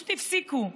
פשוט הפסיקו.